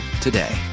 today